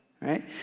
right